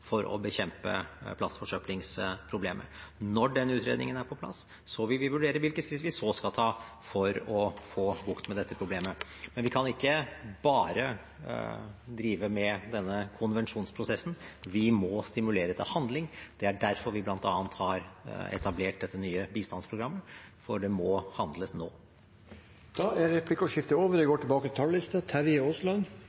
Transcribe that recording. for å bekjempe plastforsøplingsproblemet. Når den utredningen er på plass, vil vi vurdere hvilke skritt vi så skal ta for å få bukt med dette problemet. Men vi kan ikke bare drive med denne konvensjonsprosessen. Vi må stimulere til handling. Det er derfor vi bl.a. har etablert dette nye bistandsprogrammet, for det må handles nå. Da er replikkordskiftet over.